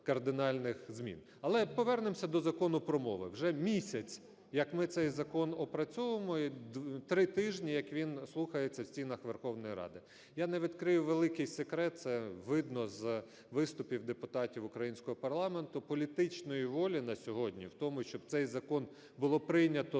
Але повернемося до Закону про мови. Вже місяць, як ми цей закон опрацьовуємо, і три тижні, як він слухається в стінах Верховної Ради. Я не відкрию великий секрет - це видно з виступів депутатів українського парламенту, - політичної волі на сьогодні в тому, щоб цей закон було прийнято